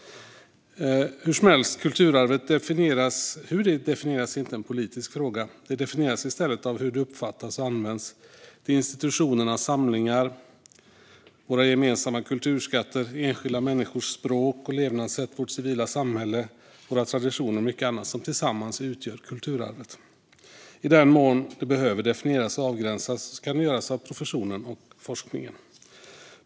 Hur kulturarvet definieras är inte en politisk fråga. Det definieras i stället av hur det uppfattas och används. Det är institutionernas samlingar, våra gemensamma kulturskatter, enskilda människors språk och levnadssätt, vårt civila samhälle, våra traditioner och mycket annat som tillsammans utgör kulturarvet. I den mån det behöver definieras och avgränsas ska detta göras av professionen och forskningen.